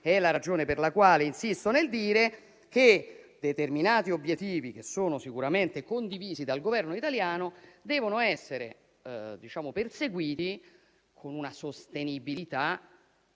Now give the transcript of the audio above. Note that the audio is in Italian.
È la ragione per la quale insisto nel dire che determinati obiettivi, che sono sicuramente condivisi dal Governo italiano, devono essere perseguiti con una sostenibilità